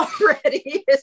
already